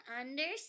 understand